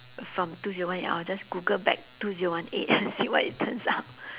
from two zero one eight I'll just google back two zero one eight and see what it turns out